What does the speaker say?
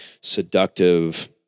seductive